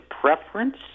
preference